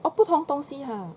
oh 不同东西 ha